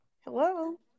Hello